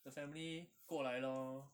the family 过来 lor